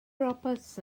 roberts